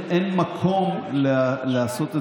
כי אנחנו עם שם משפחה